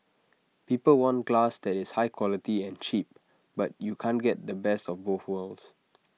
people want glass that is high quality and cheap but you can't get the best of both worlds